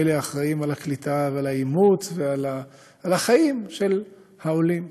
האחראים לקליטה ולאימוץ ולחיים של העולים.